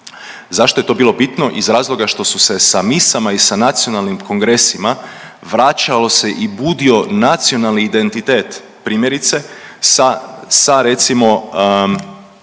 Zašto je to bilo bitno? Iz razloga što su se sa misama i sa nacionalnim kongresima vraćao se i budio nacionalni identitet, primjerice sa recimo